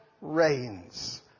reigns